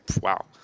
wow